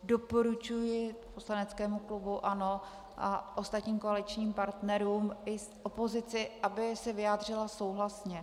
Doporučuji poslaneckému klubu ANO a ostatním koaličním partnerům i opozici, aby se vyjádřili souhlasně.